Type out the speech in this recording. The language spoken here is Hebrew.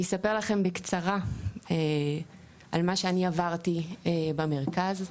אני אספר לכם בקצרה על מה שאני עברתי במרכז.